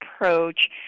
approach